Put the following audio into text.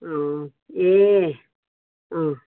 अँ ए अँ